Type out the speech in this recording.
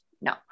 No